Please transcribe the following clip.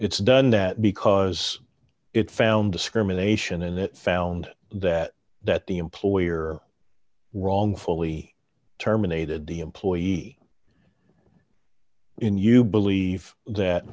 it's done that because it found discrimination and it found that that the employer wrongfully terminated the employee in you believe that